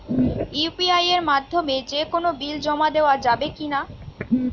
UPI এর মাধ্যমে যে কোনো বিল জমা দেওয়া যাবে কি না?